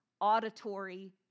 auditory